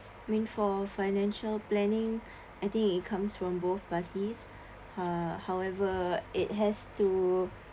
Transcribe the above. mean for financial planning I think it comes from both parties uh however it has to